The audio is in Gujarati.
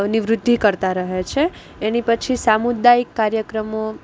ની વૃદ્ધિ કરતા રહે છે એની પછી સામુદાયિક કાર્યક્રમો